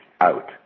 out